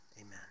Amen